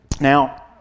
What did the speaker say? Now